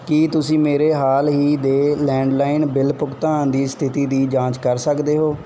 ਕੀ ਤੁਸੀਂ ਮੇਰੇ ਹਾਲ ਹੀ ਦੇ ਲੈਂਡਲਾਈਨ ਬਿੱਲ ਭੁਗਤਾਨ ਦੀ ਸਥਿਤੀ ਦੀ ਜਾਂਚ ਕਰ ਸਕਦੇ ਹੋ